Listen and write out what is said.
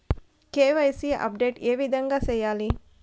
KYC update ఏ విధంగా సేయాలి?